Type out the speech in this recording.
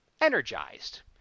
energized